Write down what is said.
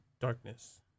darkness